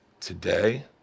Today